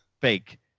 Fake